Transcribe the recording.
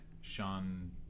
sean